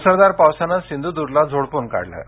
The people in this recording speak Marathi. मुसळधार पावसाने सिंधुद्र्गला झोडपून काढलं आहे